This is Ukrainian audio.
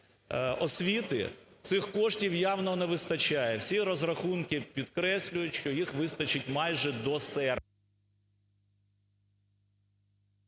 освіти, цих коштів явно не вистачає. Всі розрахунки підкреслюють, що їх вистачить майже до серпня.